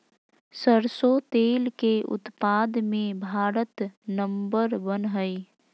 सरसों तेल के उत्पाद मे भारत नंबर वन हइ